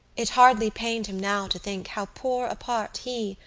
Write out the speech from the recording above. it hardly pained him now to think how poor a part he,